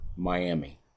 Miami